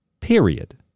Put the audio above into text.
Period